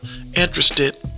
interested